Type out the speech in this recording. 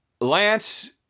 Lance